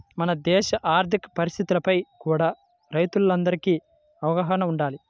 మన దేశ ఆర్ధిక పరిస్థితులపై కూడా రైతులందరికీ అవగాహన వుండాలి